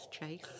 Chase